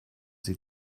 sie